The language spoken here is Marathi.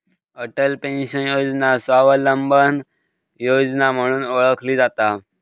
अटल पेन्शन योजना स्वावलंबन योजना म्हणूनही ओळखली जाता